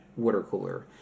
watercooler